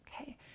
Okay